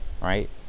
right